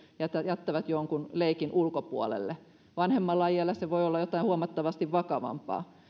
jättävät jonkun leikin ulkopuolelle vanhemmalla iällä se voi olla jotain huomattavasti vakavampaa